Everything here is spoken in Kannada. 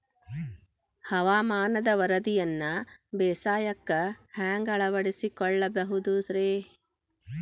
ಹವಾಮಾನದ ವರದಿಯನ್ನ ಬೇಸಾಯಕ್ಕ ಹ್ಯಾಂಗ ಅಳವಡಿಸಿಕೊಳ್ಳಬಹುದು ರೇ?